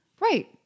Right